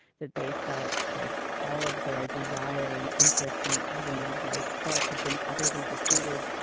that they felt like all of their desire and interests and even their life spark had been utterly depleted.